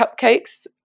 cupcakes